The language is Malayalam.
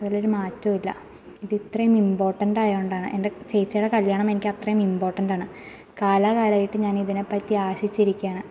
അതിനൊരു മാറ്റവുമില്ല ഇത് ഇത്രയും ഇമ്പോർട്ടൻറ്റായോണ്ടാണ് എൻ്റെ ചേച്ചിയുടെ കല്യാണം എനിക്കത്രയും ഇമ്പോർട്ടൻറ്റാണ് കാലാ കാലമായിട്ട് ഞാനിതിനെപ്പറ്റി ആശിച്ചിരിക്കുകയാണ്